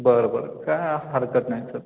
बरं बरं काय हरकत नाही चल